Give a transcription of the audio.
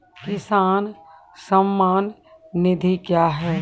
किसान सम्मान निधि क्या हैं?